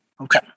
Okay